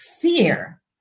fear